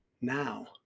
now